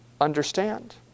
understand